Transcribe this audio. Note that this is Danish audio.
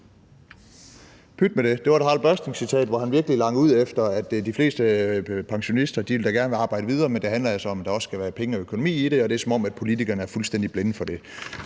Pyt med det! Det var et Harald Børsting-citat, hvor han virkelig langer ud, for de fleste pensionister vil da gerne arbejde videre, men det handler altså om, at der også skal være penge og økonomi i det, og det er, som om politikerne er fuldstændig blinde for det.